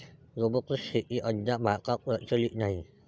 robotic शेती अद्याप भारतात प्रचलित नाही